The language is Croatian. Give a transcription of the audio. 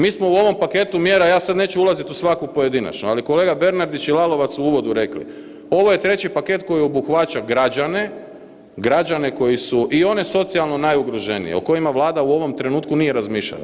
Mi smo u ovom paketu mjera, ja sad neću ulaziti u svaku pojedinačnu, ali kolega Bernardić i Lalovac su u uvodu rekli, ovo je treći paket koji obuhvaća građane, građane koji su i one socijalno najugroženije o kojima Vlada u ovom trenutku nije razmišljala.